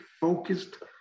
focused